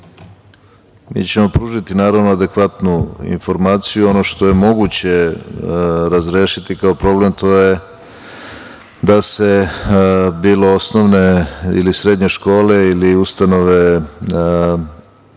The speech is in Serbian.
mi ćemo pružiti naravno adekvatnu informaciju i ono što je moguće razrešiti kao problem, to je da se bilo osnovne ili srednje škole ili ustanove učeničkog